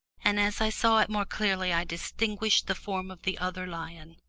and as i saw it more clearly i distinguished the form of the other lion,